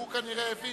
כן.